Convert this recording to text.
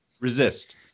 Resist